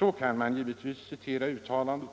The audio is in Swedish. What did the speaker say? Men jag tror att det i vad jag nu anfört